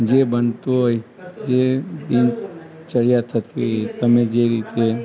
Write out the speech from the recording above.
જે બનતું હોય જે દિનચર્યા થતી તમે જે રીતે